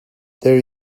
there